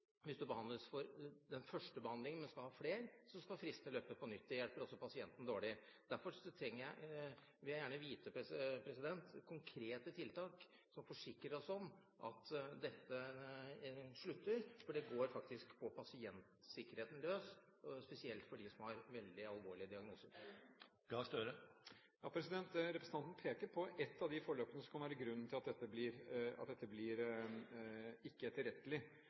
Hvis du etter den første behandlingen skal ha flere behandlinger, skal fristen løpe på nytt. Det hjelper også pasienten dårlig. Derfor vil jeg gjerne få vite om konkrete tiltak som forsikrer oss om at dette slutter, for det går faktisk på pasientsikkerheten løs, spesielt for dem som har veldig alvorlige diagnoser. Representanten peker på et av de forløpene som kan være grunnen til at dette blir ikke-etterrettelig, i den form at